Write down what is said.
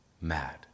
mad